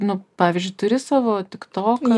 nu pavyzdžiui turi savo tik toką